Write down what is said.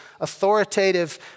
authoritative